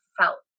felt